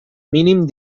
mínim